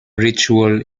ritual